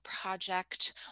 project